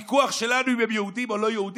הוויכוח שלנו הוא אם הם יהודים או לא יהודים?